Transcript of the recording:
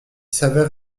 savait